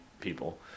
people